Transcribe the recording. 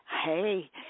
Hey